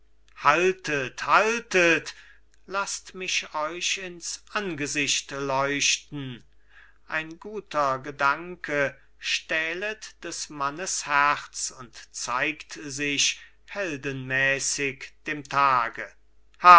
haltet haltet laßt mich euch ins angesicht leuchten ein guter gedanke stählet des mannes herz und zeigt sich heldenmäßig dem tage